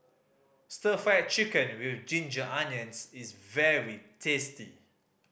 Stir Fried Chicken With Ginger Onions is very tasty